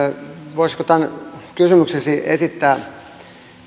voisinko minä esittää